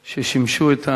ששימשו,